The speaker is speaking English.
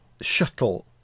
Shuttle